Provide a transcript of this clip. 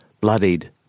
bloodied